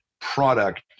product